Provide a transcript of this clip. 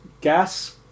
gas